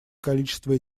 количество